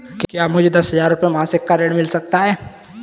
क्या मुझे दस हजार रुपये मासिक का ऋण मिल सकता है?